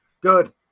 good